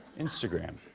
instagram.